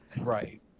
right